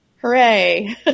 Hooray